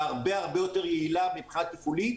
והרבה הרבה יותר יעילה מבחינה תפעולית.